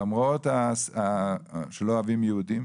למרות שלא אוהבים יהודים,